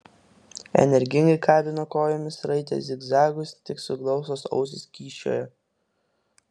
energingai kabino kojomis raitė zigzagus tik suglaustos ausys kyščiojo